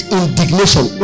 indignation